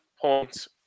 points